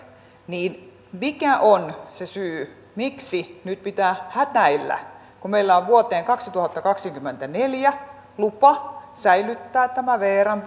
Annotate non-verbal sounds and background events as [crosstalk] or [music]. niin mikä on se syy miksi nyt pitää hätäillä kun meillä on vuoteen kaksituhattakaksikymmentäneljä lupa säilyttää vrn [unintelligible]